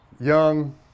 young